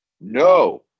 No